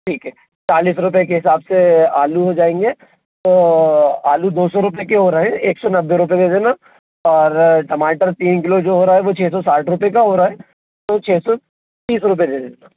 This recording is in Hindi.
ठीक है चालीस रुपये के हिसाब से आलू हो जाएँगे तो आलू दो सौ रुपये के हो रहे हैं एक सौ नब्बे रुपये दे देना और टमाटर तीन किलो जो हो रहा है वो छ सौ साठ रुपये का हो रहा है तो छ सौ तीस रुपये दे देना